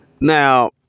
Now